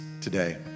today